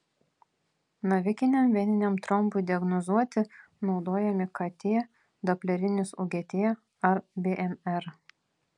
navikiniam veniniam trombui diagnozuoti naudojami kt doplerinis ugt ar bmr